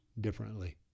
differently